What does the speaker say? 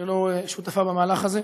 שלא שותפה למהלך הזה.